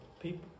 people